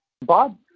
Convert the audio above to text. Bob